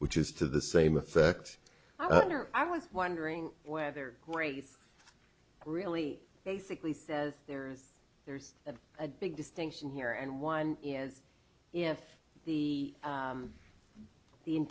which is to the same effect i was wondering whether grace really basically says there is there's a big distinction here and one is if the